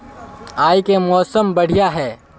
आय के मौसम बढ़िया है?